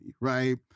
Right